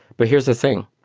but here's the thing,